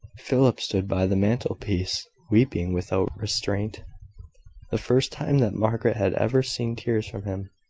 philip stood by the mantelpiece, weeping without restraint the first time that margaret had ever seen tears from him.